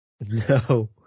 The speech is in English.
No